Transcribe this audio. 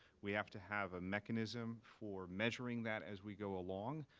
we have to have a mechanism for measuring that as we go along.